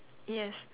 yes